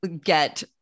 get